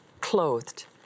clothed